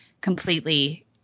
completely